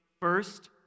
first